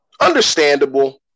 understandable